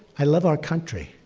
i love our country.